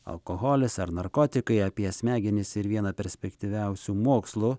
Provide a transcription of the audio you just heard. alkoholis ar narkotikai apie smegenis ir vieną perspektyviausių mokslų